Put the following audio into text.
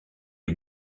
est